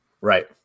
right